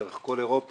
דרך כל אירופה.